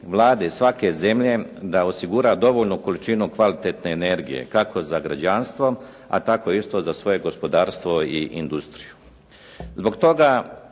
vlade svake zemlje da osigura dovoljnu količinu kvalitetne energije kako za građanstvo tako isto za svoje gospodarstvo i industriju.